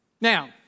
Now